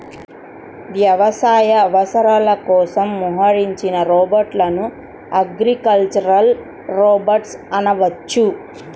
వ్యవసాయ అవసరాల కోసం మోహరించిన రోబోట్లను అగ్రికల్చరల్ రోబోట్ అనవచ్చు